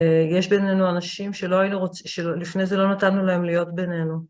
יש בינינו אנשים שלא היינו רוצים... שלפני זה לא נתנו להם להיות בינינו.